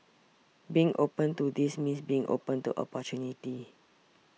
being open to this means being open to opportunity